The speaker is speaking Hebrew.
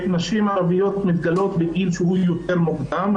שנשים ערביות מתגלות בגיל שהוא יותר מוקדם.